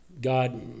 God